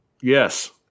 yes